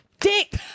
Dick